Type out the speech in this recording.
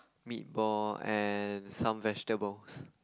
meatball and some vegetables